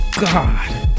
God